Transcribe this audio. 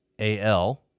A-L